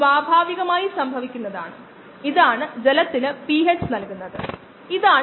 ഫലപ്രദമായി ഉപയോഗിക്കാൻ കഴിയുന്ന അത്തരം നിരവധി രീതികളുണ്ട്